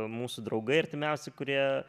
mūsų draugai artimiausi kurie